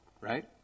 right